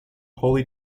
holy